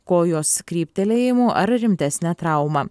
kojos kryptelėjimu ar rimtesne trauma